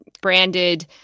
branded